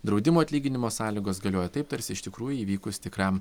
draudimo atlyginimo sąlygos galioja taip tarsi iš tikrųjų įvykus tikram